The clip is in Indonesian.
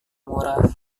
murah